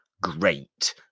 great